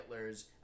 Hitlers